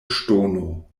ŝtono